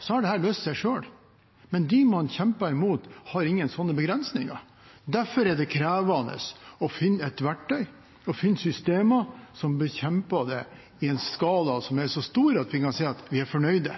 seg selv, men dem man kjemper imot, har ingen sånne begrensninger. Derfor er det krevende å finne et verktøy og systemer som bekjemper det, i en skala som er så stor at vi kan si at vi er fornøyd.